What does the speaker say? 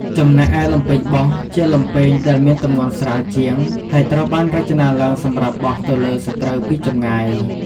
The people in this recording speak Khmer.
ចំណែកឯ លំពែងបោះ ជាលំពែងដែលមានទម្ងន់ស្រាលជាង ហើយត្រូវបានរចនាឡើងសម្រាប់បោះទៅលើសត្រូវពីចម្ងាយ។